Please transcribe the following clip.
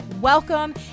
welcome